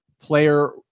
player